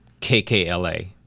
KKLA